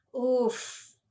Oof